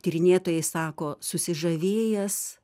tyrinėtojai sako susižavėjęs